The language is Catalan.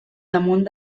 damunt